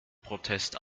protest